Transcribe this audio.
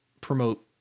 promote